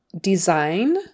design